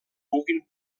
puguin